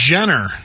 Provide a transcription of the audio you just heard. Jenner